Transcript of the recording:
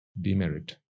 demerit